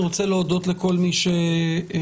אני רוצה להודות לכל מי שטרח,